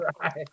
right